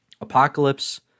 Apocalypse